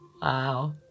Wow